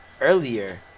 earlier